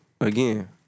again